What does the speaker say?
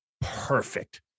perfect